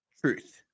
truth